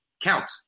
Count